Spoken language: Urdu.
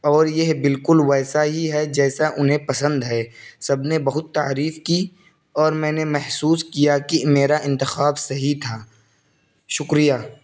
اور یہ بالکل ویسا ہی ہے جیسا انہیں پسند ہے سب نے بہت تعریف کی اور میں نے محسوس کیا کہ میرا انتخاب صحیح تھا شکریہ